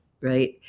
right